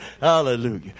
hallelujah